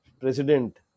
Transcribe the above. president